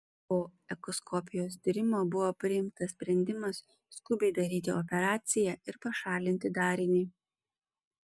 po echoskopijos tyrimo buvo priimtas sprendimas skubiai daryti operaciją ir pašalinti darinį